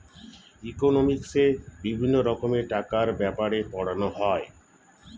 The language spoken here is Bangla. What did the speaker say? ইকোনমিক্সে বিভিন্ন রকমের টাকার ব্যাপারে পড়ানো হয়